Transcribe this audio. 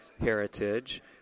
heritage